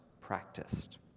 practiced